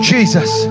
Jesus